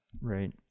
Right